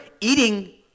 eating